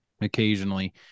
occasionally